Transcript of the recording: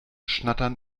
schnattern